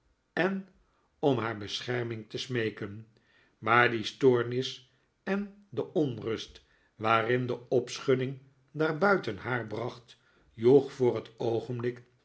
en om haar bescherming te smeeken maar die stoornis en de onrust waarin de opschudding daar buiten haar bracht joeg voor het oogenblik